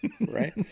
Right